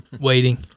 Waiting